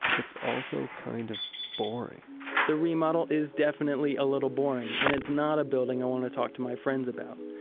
it's also kind of boring the remodel is definitely a little boring. and it's not a building i want to talk to my friends about.